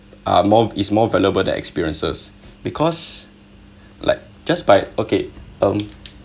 are more is more valuable than experiences because like just by okay um